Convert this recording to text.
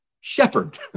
shepherd